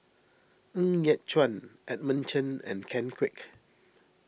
Ng Yat Chuan Edmund Chen and Ken Kwek